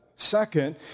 Second